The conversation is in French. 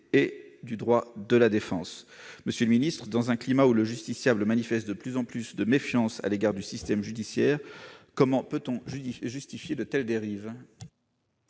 et le droit de la défense ? Monsieur le ministre, dans un climat où le justiciable manifeste de plus en plus de méfiance à l'égard du système judiciaire, comment peut-on justifier de telles dérives ?